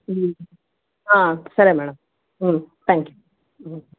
సరే madam thank you